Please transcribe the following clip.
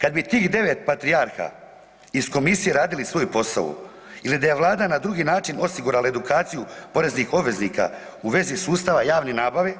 Kad bi tih 9 patrijarha iz komisije radili svoj posao ili da je Vlada na drugi način osigurala edukaciju poreznih obveznika u vezi sustava javne nabave